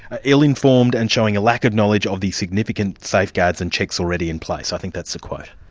ah ill-informed and showing a lack of knowledge of the significant safeguards and checks already in place, i think that's the quote.